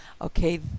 okay